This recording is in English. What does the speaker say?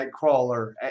Nightcrawler